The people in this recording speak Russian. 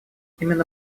именно